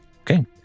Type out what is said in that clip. Okay